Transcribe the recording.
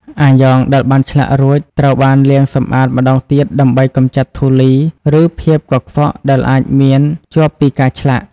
អាយ៉ងដែលបានឆ្លាក់រួចត្រូវបានលាងសម្អាតម្តងទៀតដើម្បីកម្ចាត់ធូលីឬភាពកខ្វក់ដែលអាចមានជាប់ពីការឆ្លាក់។